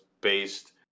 based